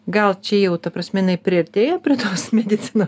gal čia jau ta prasme jinai priartėja prie tos medicino